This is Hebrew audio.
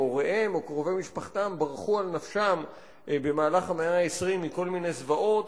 הוריהם או קרובי משפחתם ברחו על נפשם במהלך המאה ה-20 מכל מיני זוועות,